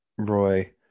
Roy